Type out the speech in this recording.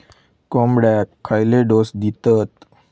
कोंबड्यांक खयले डोस दितत?